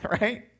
right